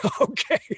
okay